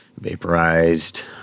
vaporized